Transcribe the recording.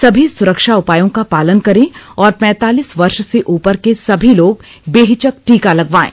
सभी सुरक्षा उपायों का पालन करें और पैंतालीस वर्ष से उपर के सभी लोग बेहिचक टीका लगवायें